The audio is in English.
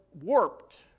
warped